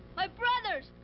my brothers.